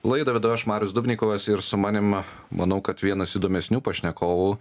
laidą vedu aš marius dubnikovas ir su manim manau kad vienas įdomesnių pašnekovų